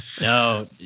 No